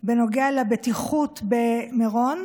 בנוגע לבטיחות במירון,